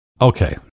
Okay